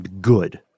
good